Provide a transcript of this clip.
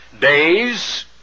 days